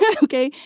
yeah okay?